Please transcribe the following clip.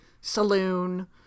Saloon